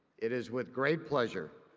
it is with great pleasure,